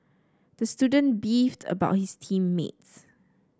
the student beefed about his team mates